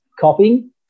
copying